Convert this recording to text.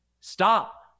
stop